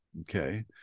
Okay